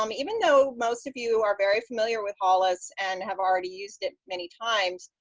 um even though most of you are very familiar with hollis and have already used it many times,